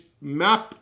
map